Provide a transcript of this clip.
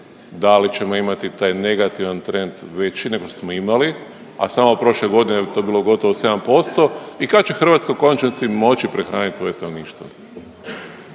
da li ćemo imati taj negativan trend veći nego što smo imali, a samo prošle godine bi to bilo gotovo 7% i kada će Hrvatska u konačnici moći prehraniti svoje stanovništvo.